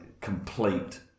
complete